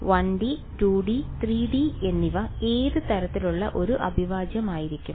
1D 2D 3D എന്നിവ ഏത് തരത്തിലുള്ള ഒരു അവിഭാജ്യമായിരിക്കും